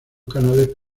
canales